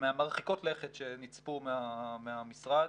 מהמרחיקות לכת שנצפו מהמשרד,